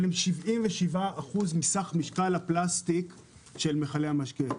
אבל הם 77% מסך משקל הפלסטיק של מכלי המשקה.